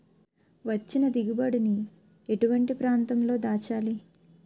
వచ్చిన దిగుబడి ని ఎటువంటి ప్రాంతం లో దాచాలి?